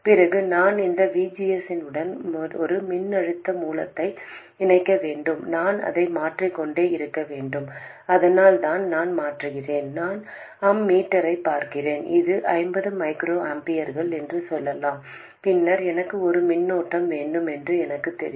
பிறகு நான் இந்த V G S உடன் ஒரு மின்னழுத்த மூலத்தை இணைக்க வேண்டும் நான் இதை மாற்றிக்கொண்டே இருக்க வேண்டும் அதனால் நான் அதை மாற்றுகிறேன் நான் அம்மீட்டரைப் பார்க்கிறேன் அது ஐம்பது மைக்ரோ ஆம்பியர்கள் என்று சொல்லலாம் பின்னர் எனக்கு ஒரு மின்னோட்டம் வேண்டும் என்று எனக்குத் தெரியும்